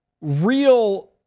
real